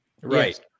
right